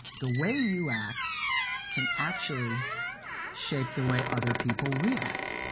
the way you act can actually shape the way other people react.